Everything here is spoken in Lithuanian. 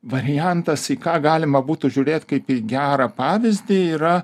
variantas į ką galima būtų žiūrėt kaip į gerą pavyzdį yra